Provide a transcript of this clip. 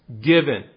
given